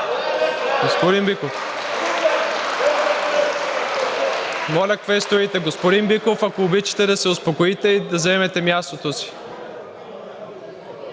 Господин Биков, ако обичате да се успокоите и да заемете мястото си!